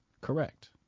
correct